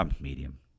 medium